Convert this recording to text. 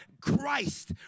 Christ